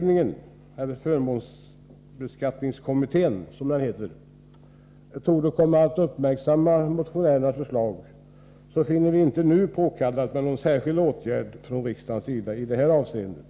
Då förmånsbeskattningskommittén torde komma att uppmärksamma motionärernas förslag finner vi det inte nu påkallat med någon särskild åtgärd från riksdagens sida i detta avseende,